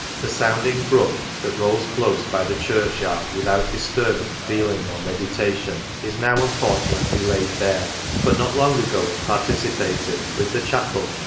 the sounding brook, that rolls close by the church-yard without disturbing feeling or meditation, is now unfortu nately laid bare but not long ago it participated, with the chapel,